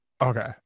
Okay